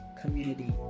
community